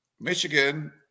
Michigan